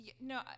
No